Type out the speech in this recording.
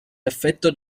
effetto